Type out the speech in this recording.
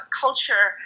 culture